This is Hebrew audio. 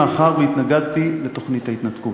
מאחר שהתנגדתי לתוכנית ההתנתקות.